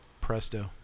presto